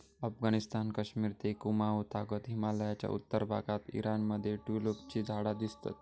अफगणिस्तान, कश्मिर ते कुँमाउ तागत हिमलयाच्या उत्तर भागात ईराण मध्ये ट्युलिपची झाडा दिसतत